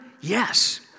Yes